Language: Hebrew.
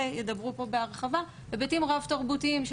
וחשוב לתת עליה את הדעת.